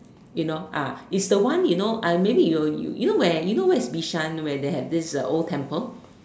you know ah it's the one you know uh maybe you will you know where you know where is Bishan where they had this uh old temple